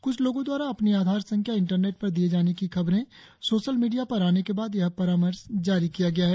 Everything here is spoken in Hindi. कुछ लोगों द्वारा अपनी आधार संख्या इंटरनेट पर दिए जाने की खबरे सोशल मीडिया पर आने के बाद यह परामर्श जारी किया गया है